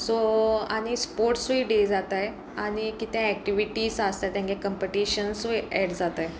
so आनी स्पोर्ट्सूय day जाताय आनी कितें एक्टिविटीस आसताय तेंगे कम्पिटिशन्सूय एड जाताय